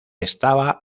estaba